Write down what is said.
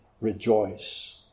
rejoice